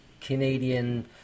Canadian